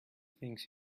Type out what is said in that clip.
things